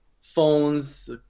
phones